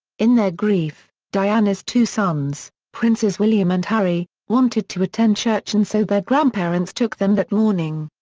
in their grief, diana's two sons, princes william and harry, wanted to attend church and so their grandparents took them that morning.